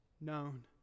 known